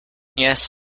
yes